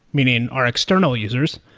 meaning our external users.